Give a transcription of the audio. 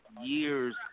years